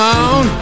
on